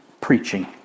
preaching